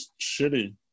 shitty